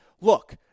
look